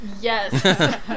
yes